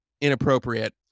inappropriate